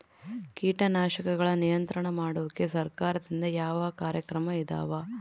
ಕೇಟನಾಶಕಗಳ ನಿಯಂತ್ರಣ ಮಾಡೋಕೆ ಸರಕಾರದಿಂದ ಯಾವ ಕಾರ್ಯಕ್ರಮ ಇದಾವ?